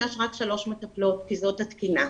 יש רק שלוש מטפלות כי זאת התקינה.